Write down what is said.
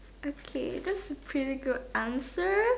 okay that's a pretty good answer